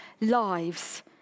lives